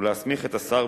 ולהסמיך את השר,